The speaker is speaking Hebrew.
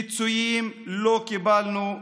פיצויים לא קיבלנו,